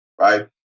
right